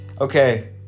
Okay